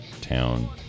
town